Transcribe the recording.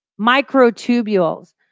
microtubules